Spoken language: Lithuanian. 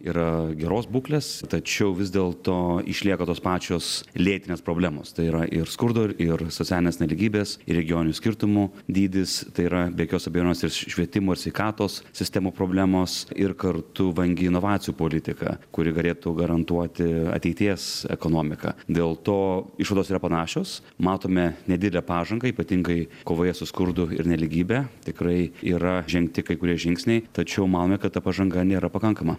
yra geros būklės tačiau vis dėl to išlieka tos pačios lėtinės problemos tai yra ir skurdo ir ir socialinės nelygybės ir regioninių skirtumų dydis tai yra be jokios abejonės ir švietimo ir sveikatos sistemų problemos ir kartu vangi inovacijų politika kuri galėtų garantuoti ateities ekonomiką dėl to išvados yra panašios matome nedidelę pažangą ypatingai kovoje su skurdu ir nelygybe tikrai yra žengti kai kurie žingsniai tačiau manome kad ta pažanga nėra pakankama